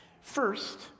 First